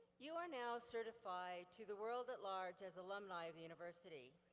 you are now certified to the world at large as alumni of the university.